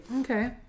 okay